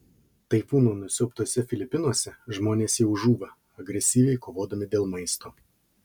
taifūno nusiaubtuose filipinuose žmonės jau žūva agresyviai kovodami dėl maisto